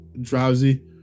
drowsy